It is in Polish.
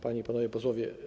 Panie i Panowie Posłowie!